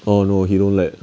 oh no he don't let